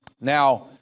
Now